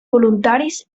voluntaris